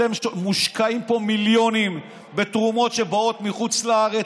אתם מושקעים פה במיליונים בתרומות שבאות מחוץ לארץ.